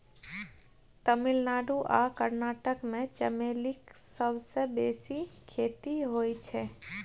तमिलनाडु आ कर्नाटक मे चमेलीक सबसँ बेसी खेती होइ छै